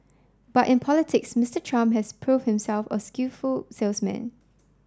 but in politics Mister Trump has prove himself a skillful salesman